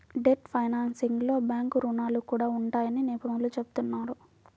debt ఫైనాన్సింగ్లో bank రుణాలు కూడా ఉంటాయని నిపుణులు చెబుతున్నారు